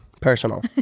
Personal